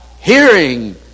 hearing